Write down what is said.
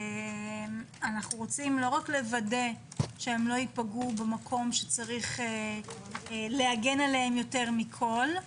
אנו רוצים לא רק לוודא שהם לא ייפגעו במקום שצריך להגן עליהם יותר מכל,